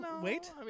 Wait